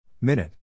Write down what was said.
Minute